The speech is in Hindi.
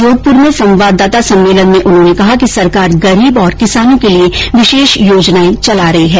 जोधपुर में संवाददाता सम्मेलन में उन्होंने कहा कि सरकार गरीब और किसानों के लिए विशेष योजनाएं चला रही हैं